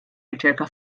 riċerka